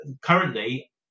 currently